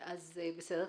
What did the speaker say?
בסדר,